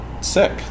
sick